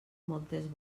moltes